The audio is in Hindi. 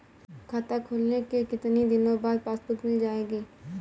खाता खोलने के कितनी दिनो बाद पासबुक मिल जाएगी?